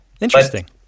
Interesting